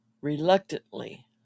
reluctantly